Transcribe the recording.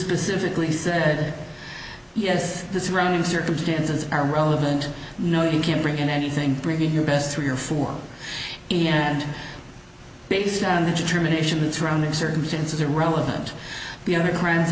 specifically said yes the surrounding circumstances are relevant no you can't bring in anything bringing your best three or four in and based on the determination surrounding circumstances are relevant the other crimes